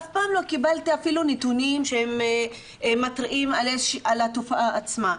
אף פעם לא קיבלתי אפילו נתונים שמתריעים על התופעה עצמה.